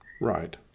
right